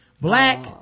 Black